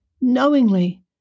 knowingly